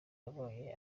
yabonye